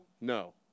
no